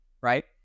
Right